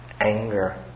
anger